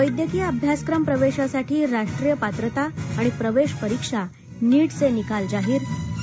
वैद्यकीय अभ्यासक्रम प्रवेशासाठी राष्ट्रीय पात्रता आणि प्रवेश परीक्षा नीाचे निकाल जाहीर आणि